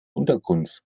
unterkunft